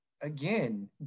again